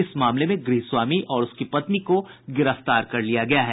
इस मामले में गृहस्वामी और उसकी पत्नी को गिरफ्तार कर लिया गया है